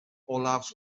olaf